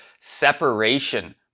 separation